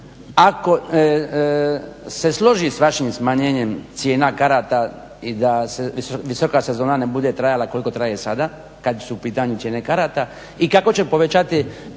ako se složi s vašim smanjenjem cijena karata i da visoka sezona ne bude trajala koliko traje sada kada su u pitanju cijene karata i kako će povećati